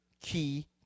key